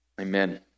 amen